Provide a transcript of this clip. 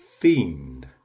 Fiend